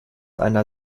einer